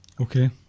okay